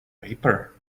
paper